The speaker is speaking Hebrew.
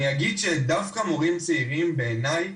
אני אגיד שדווקא מורים צעירים בעיניי